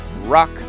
Rock